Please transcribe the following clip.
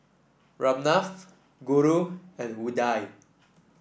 Ramnath Guru and Udai